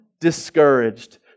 discouraged